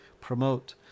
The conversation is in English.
promote